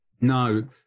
No